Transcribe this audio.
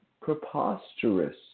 preposterous